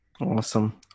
Awesome